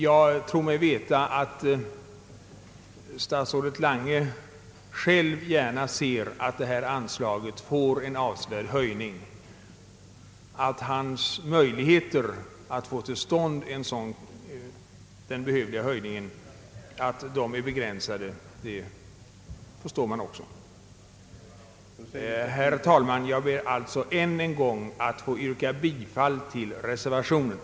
Jag tror mig veta att statsrådet Lange själv gärna ser att detta anslag får en avsevärd höjning. Att hans möjligheter att få till stånd den behövliga höjningen är begränsade förstår man också. Herr talman! Jag ber än en gång att få yrka bifall till reservation 6.